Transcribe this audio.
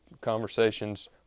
conversations